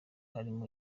harimo